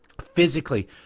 physically